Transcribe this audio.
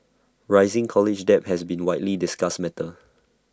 rising college debt has been widely discussed matter